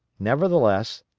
nevertheless,